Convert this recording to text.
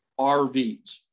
RVs